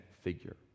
figure